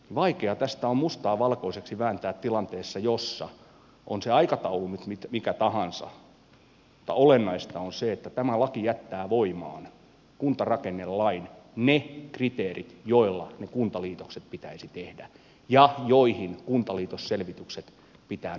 vaikea tästä on mustaa valkoiseksi vääntää tilanteessa jossa on se aikataulu nyt mikä tahansa olennaista on se että tämä laki jättää voimaan kuntarakennelain ne kriteerit joilla ne kuntaliitokset pitäisi tehdä ja joihin kuntaliitosselvitysten pitää nojata